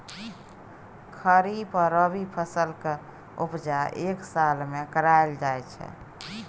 खरीफ आ रबी फसलक उपजा एक साल मे कराएल जाइ छै